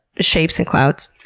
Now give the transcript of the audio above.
shapes in clouds?